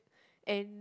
and